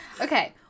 Okay